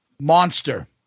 monster